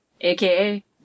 aka